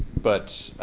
but